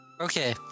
Okay